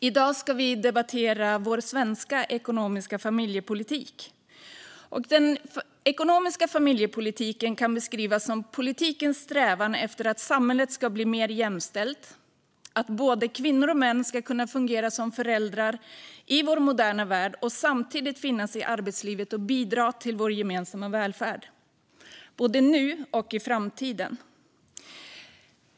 I dag ska vi debattera vår svenska ekonomiska familjepolitik. Den ekonomiska familjepolitiken kan beskrivas som politikens strävan efter att samhället ska bli mer jämställt så att både kvinnor och män ska kunna fungera som föräldrar i vår moderna värld och samtidigt finnas i arbetslivet och bidra till vår gemensamma välfärd både nu och i framtiden.